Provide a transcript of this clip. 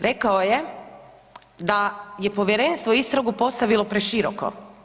Rekao je da je povjerenstvo istragu postavilo preširoko.